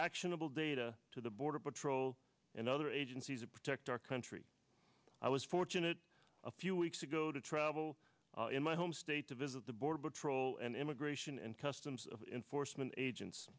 actionable data to the border patrol and other agencies and protect our country i was fortunate a few weeks ago to travel in my home state to visit the border patrol and immigration and customs of in forstmann agents